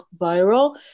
viral